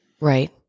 Right